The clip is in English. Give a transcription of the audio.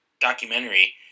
documentary